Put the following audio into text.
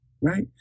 right